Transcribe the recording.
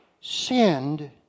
sinned